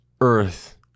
earth